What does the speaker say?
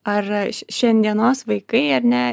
ar šiandienos vaikai ar ne